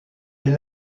des